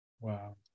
Wow